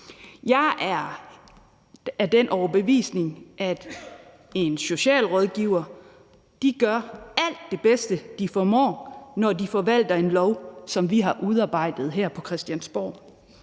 Jeg er af den overbevisning, at socialrådgivere gør alt det bedste, de formår, når de forvalter en lov, som vi har udarbejdet her på Christiansborg.